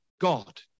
God